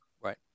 Right